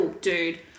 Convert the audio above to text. dude